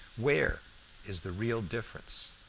where is the real difference?